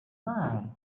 mild